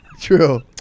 True